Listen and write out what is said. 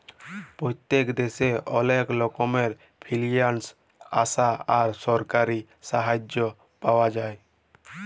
পত্তেক দ্যাশে অলেক রকমের ফিলালসিয়াল স্যাবা আর সরকারি সাহায্য পাওয়া যায়